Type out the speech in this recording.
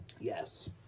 Yes